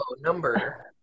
number